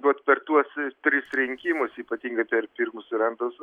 vat per tuos tris rinkimus ypatingai per pirmus ir antrus